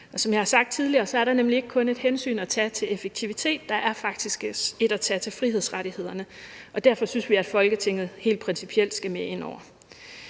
Som jeg har sagt tidligere, er der nemlig ikke kun et hensyn at tage til effektivitet; der er faktisk også et at tage til frihedsrettighederne. Og derfor synes vi, at Folketinget helt principielt skal med ind over.